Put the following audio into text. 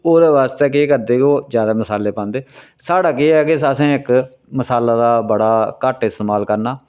ओह्दे बास्तै केह् करदे कि ओह ज्यादा मसाले पांदे साढ़ा केह् ऐ के असें इक मसाले दा बड़ा घट्ट इस्तमाल करना